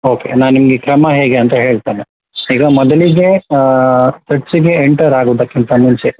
okay ನಾ ನಿಮಗೆ ಕ್ರಮ ಹೇಗೆ ಅಂತ ಹೇಳ್ತೇನೆ ಈಗ ಮೊದಲಿಗೆ ಚರ್ಚಿಗೆ ಎಂಟರ್ ಆಗುವುದಕ್ಕಿಂತ ಮುಂಚೆ